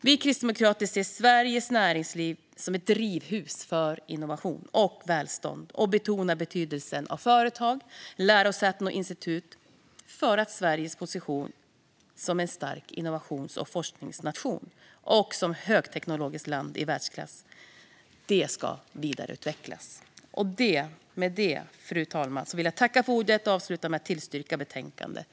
Vi kristdemokrater ser Sveriges näringsliv som ett drivhus för innovation och välstånd och betonar betydelsen av företag, lärosäten och institut för att Sveriges position som en stark innovations och forskningsnation och som högteknologiskt land i världsklass ska kunna vidareutvecklas. Med detta, fru talman, vill jag yrka bifall till utskottets förslag.